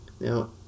Now